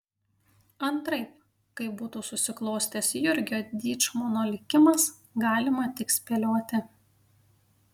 antraip kaip būtų susiklostęs jurgio dyčmono likimas galima tik spėlioti